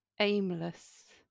aimless